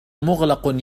مغلق